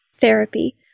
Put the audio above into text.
therapy